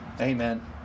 Amen